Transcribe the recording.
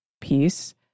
peace